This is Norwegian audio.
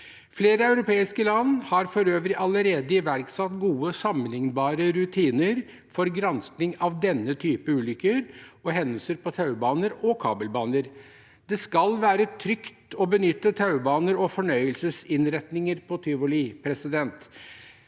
Flere europeiske land har for øvrig allerede iverksatt gode, sammenlignbare rutiner for gransking av denne typen ulykker og hendelser på taubaner og kabelbaner. Det skal være trygt å benytte taubaner og fornøyelsesinnretninger på tivoli. Høyre